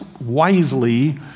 wisely